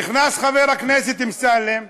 נכנס חבר הכנסת אמסלם,